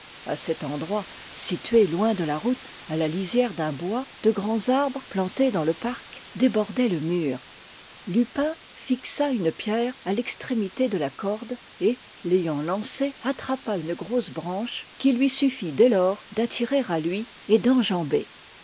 à cet endroit situé loin de la route à la lisière d'un bois de grands arbres plantés dans le parc débordaient le mur lupin fixa une pierre à l'extrémité de la corde et l'ayant lancée attrapa une grosse branche qu'il lui suffit dès lors d'attirer à lui et d'enjamber